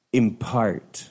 impart